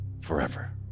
forever